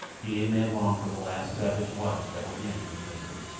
the ape-man longed for the last savage lunge that would end his misery.